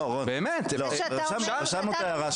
לא, רון, רשמנו את ההערה שלך.